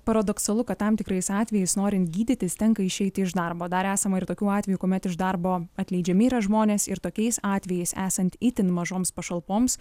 paradoksalu kad tam tikrais atvejais norint gydytis tenka išeiti iš darbo dar esama ir tokių atvejų kuomet iš darbo atleidžiami yra žmonės ir tokiais atvejais esant itin mažoms pašalpoms